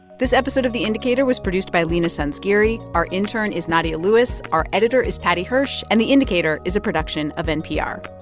this episode of the indicator was produced by leena sanzgiri. our intern is nadia lewis. our editor is paddy hirsch. and the indicator is a production of npr